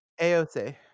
AOC